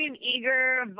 Eager